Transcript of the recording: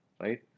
right